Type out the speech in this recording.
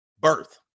birth